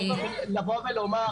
כי -- אני חייב לבוא ולומר,